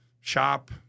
shop